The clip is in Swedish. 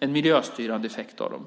en miljöstyrande effekt av dem.